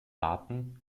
daten